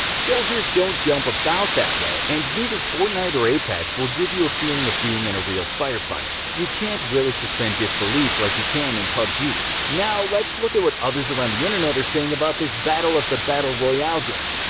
soldiers don't jump about that way, and neither fortnite or apex will give you a feeling of being in a real fire fight. you can't really suspend disbelief like you can in pubg. now let's look at what others around the internet are saying about this battle of battle royale games.